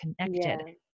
connected